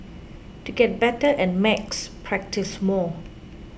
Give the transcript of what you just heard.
to get better at maths practise more